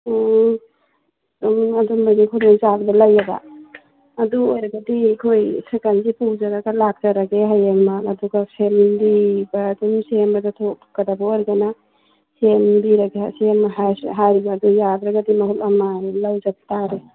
ꯑꯪ ꯑꯗꯨꯝꯕꯒꯤ ꯈꯨꯗꯣꯡ ꯆꯥꯕꯗꯣ ꯂꯩꯌꯦꯕ ꯑꯗꯨ ꯑꯣꯏꯔꯒꯗꯤ ꯑꯩꯈꯣꯏ ꯁꯥꯏꯀꯜꯁꯤ ꯄꯨꯖꯔꯒ ꯂꯥꯛꯆꯔꯒꯦ ꯍꯌꯦꯡꯃꯛ ꯑꯗꯨꯗ ꯁꯦꯝꯕꯤꯕ ꯑꯗꯨꯝ ꯁꯦꯝꯕꯗ ꯊꯣꯛꯀꯗꯕ ꯑꯣꯏꯔꯒꯅ ꯁꯦꯝꯕꯤꯔꯒ ꯁꯦꯝꯃꯣ ꯍꯥꯏꯕ ꯑꯗꯨ ꯌꯥꯗ꯭ꯔꯒꯗꯤ ꯃꯍꯨꯠ ꯑꯃ ꯂꯩꯖꯕ ꯇꯥꯔꯦ